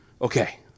okay